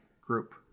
group